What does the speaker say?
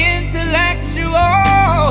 intellectual